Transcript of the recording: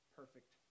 perfect